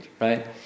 right